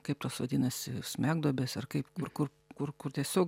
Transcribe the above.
kaip tos vadinasi smegduobės ar kaip kur kur kur kur tiesiog